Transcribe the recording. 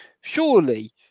surely